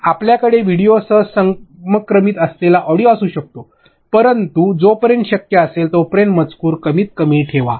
आपल्याकडे व्हिडिओसह समक्रमण असलेला ऑडिओ असू शकतो परंतु जोपर्यंत शक्य असेल तो पर्यंत मजकूर कमीत कमी ठेवा